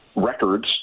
records